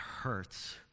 hurts